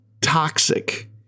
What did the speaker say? toxic